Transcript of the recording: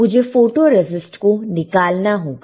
मुझे फोटोरेसिस्ट को निकालना होगा